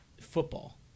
football